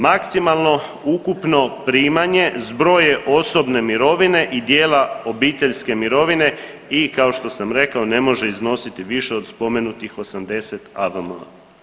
Maksimalno ukupno primanje zbroj je osobne mirovine i dijela obiteljske mirovine i kao što sam rekao ne može iznositi više od spomenutih 80 AVM-a.